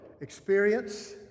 experience